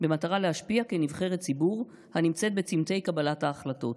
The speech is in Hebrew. במטרה להשפיע כנבחרת ציבור הנמצאת בצומתי קבלת ההחלטות.